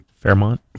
Fairmont